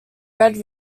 red